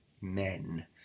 men